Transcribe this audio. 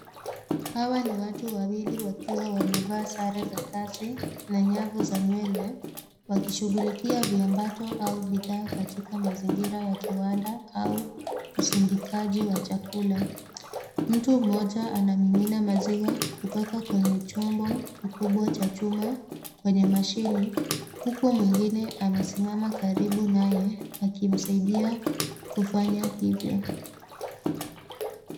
Hawa ni watu wawili wakiwa wamevaa sare za kazi na nyavu za nywele wakishughulikia viambato au bidhaa katika mazingira ya kiwanda au usindikaji wa chakula. Mtu mmoja anamimina maziwa kutoka kwenye chombo kikubwa cha chuma kwenye machini huku mwingine amesimama karibu naye akimsaidia kufanya hivyo.